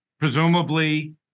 Presumably